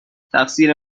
تقصیر